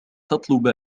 تطلب